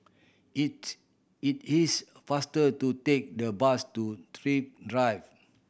it it is faster to take the bus to Thrift Drive